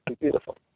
Beautiful